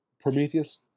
prometheus